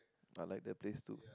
I like that place too